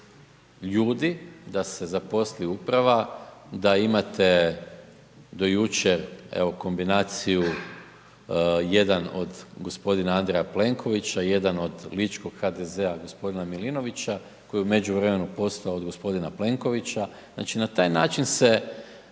ljudi, da se zaposli uprava, da imate do jučer, evo, kombinaciju jedan od g. Andreja Plenkovića, jedan od ličkog HDZ-a g. Milinovića, koji je u međuvremenu postao od g. Plenkovića, znači na taj način se